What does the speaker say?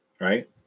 Right